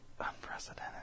unprecedented